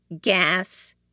Gas